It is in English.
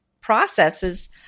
processes